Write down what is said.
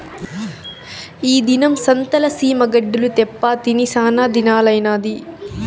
ఈ దినం సంతల సీమ గడ్డలు తేప్పా తిని సానాదినాలైనాది